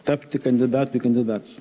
tapti kandidatu į kandidatus